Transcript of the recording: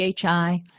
phi